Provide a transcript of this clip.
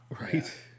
right